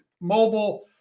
mobile